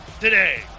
Today